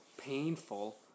painful